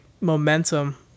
momentum